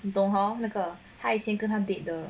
你懂 hor 那个他以前跟他 date 的